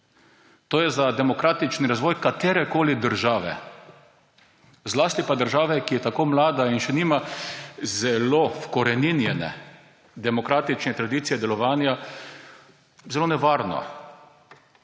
To je za demokratični razvoj katerekoli države, zlasti pa države, ki je tako mlada in še nima zelo ukoreninjene demokratične tradicije delovanja, zelo nevarno.